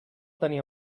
tenia